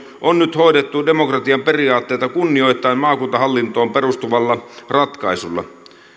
on nyt hoidettu demokratian periaatteita kunnioittaen maakuntahallintoon perustuvalla ratkaisulla